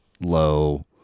low